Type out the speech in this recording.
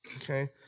okay